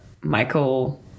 Michael